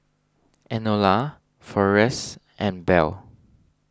Enola forrest and Bell